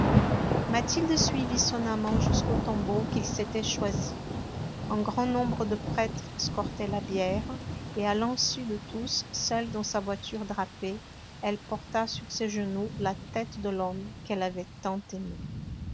mathilde suivit son amant jusqu'au tombeau qu'il s'était choisi un grand nombre de prêtres escortaient la bière et à l'insu de tous seule dans sa voiture drapée elle porta sur ses genoux la tête de l'homme qu'elle avait tant